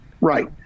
Right